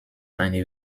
eine